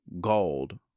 gold